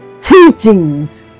teachings